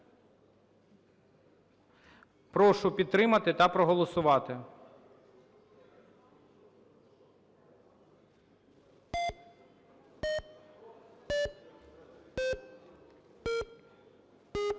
Прошу підтримати та проголосувати.